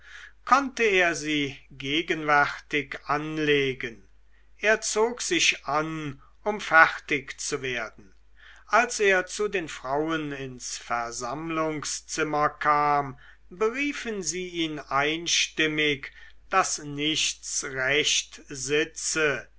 konnte er sie gegenwärtig anlegen er zog sich an um fertig zu werden als er zu den frauen ins versammlungszimmer kam beriefen sie ihn einstimmig daß nichts recht sitze